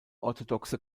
orthodoxe